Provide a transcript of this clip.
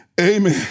Amen